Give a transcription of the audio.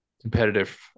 competitive